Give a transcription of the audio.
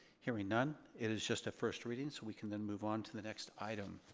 hearing none? it is just a first reading so we can then move on to the next item.